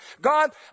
God